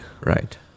Right